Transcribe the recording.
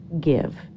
give